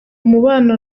umubano